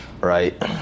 right